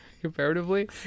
Comparatively